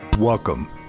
Welcome